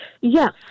Yes